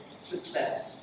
success